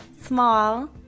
small